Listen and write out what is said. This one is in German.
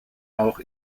auch